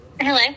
Hello